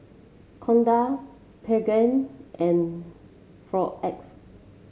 Kordel Pregain and Floxia